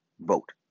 Vote